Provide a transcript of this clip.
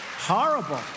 horrible